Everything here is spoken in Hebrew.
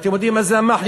אתם יודעים מה זה המַחְיה?